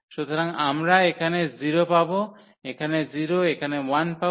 সুতরাং আমরা এখানে 0 পাব এখানে 0 এখানে 1 পাব